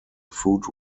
food